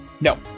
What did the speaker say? No